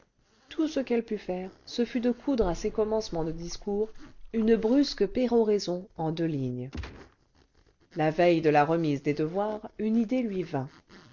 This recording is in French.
tout ce qu'elle put faire ce fut de coudre à ces commencements de discours une brusque péroraison en deux lignes la veille de la remise des devoirs une idée lui vint